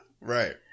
right